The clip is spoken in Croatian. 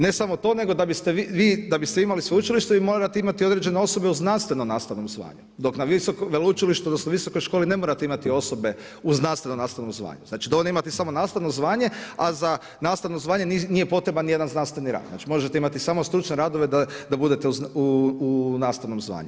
Ne samo to, nego da biste vi imali sveučilište vi morate imati određene osobe u znanstveno-nastavnom zvanju dok na veleučilištu odnosno visokoj školi ne morate imati osobe uz nastavno-nastavno zvanja, znači dovoljno je imati samo nastavno zvanje, a za nastavno zvanje nije potreban nijedan znanstveni rad, znači možete imati samo stručne radove da budete u nastavnom zvanju.